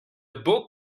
beau